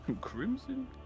Crimson